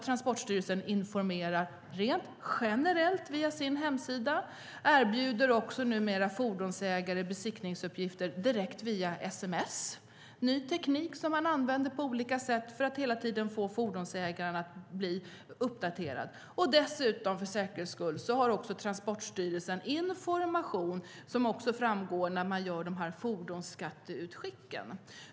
Transportstyrelsen informerar också generellt, via sin hemsida, och man erbjuder nu också fordonsägare besiktningsuppgifter via sms - ny teknik som man använder på olika sätt för att underlätta för fordonsägarna att hålla sig uppdaterade. För säkerhets skull finns också Transportstyrelsens information i fordonsskatteutskicken.